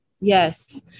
Yes